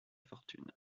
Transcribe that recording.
fortune